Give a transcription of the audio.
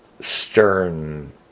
stern